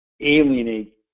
alienate